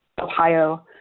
Ohio